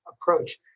approach